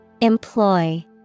Employ